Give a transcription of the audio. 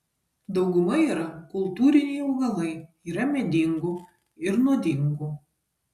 dauguma yra kultūriniai augalai yra medingų ir nuodingų